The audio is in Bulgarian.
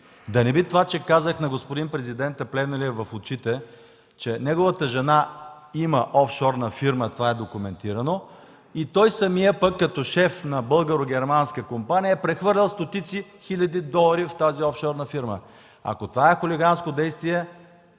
Да не би това, че казах на господин президента Плевнелиев в очите, че неговата жена има офшорна фирма – това е документирано, и той самият пък, като шеф на българо-германска компания, прехвърлял стотици хиляди долари в тази офшорна фирма? Ако това е хулиганско действие,